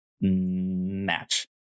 match